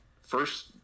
first –